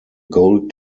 gold